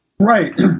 Right